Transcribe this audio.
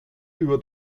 über